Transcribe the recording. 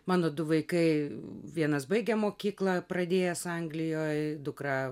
mano du vaikai vienas baigia mokyklą pradėjęs anglijoj dukra